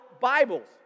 Bibles